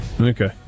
Okay